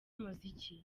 umuziki